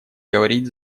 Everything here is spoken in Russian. говорить